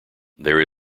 there